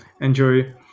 enjoy